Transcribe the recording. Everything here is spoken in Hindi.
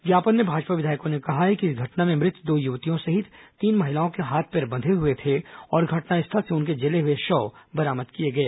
ज्ञापन में भाजपा विधायकों ने कहा है कि इस घटना में मृत दो युवतियों सहित तीन महिलाओं के हाथ पैर बंधे हुए थे और घटनास्थल से उनके जले हुए शव बरामद किए गए